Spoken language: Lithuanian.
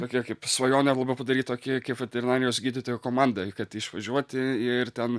tokia kaip svajonė labiau padaryt tokį kaip veterinarijos gydytojų komandą i kad išvažiuoti ir ten